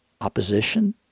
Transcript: Opposition